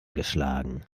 geschlagen